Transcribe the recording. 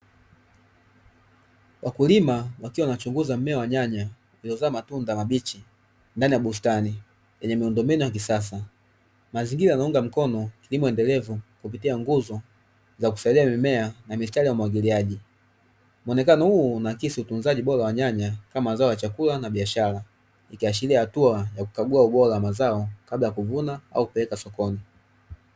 Wakulima wakiwa wanachunguza mmea wa nyanya uliozaa matunda mabichi ndani ya bustani yenye miundombinu ya kisasa, mazingira yanaunga mkono kilimo endelevu kupitia nguzo za kusaidia mimea na mistari ya umwagiliaji. Muonekano huu unaakisi utunzaji bora wa nyanya kama zao la chakula na biashara, ikiashiria hatua ya kukagua ubora wa mazao kabla ya kuvuna na kupeleka sokoni.